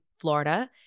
Florida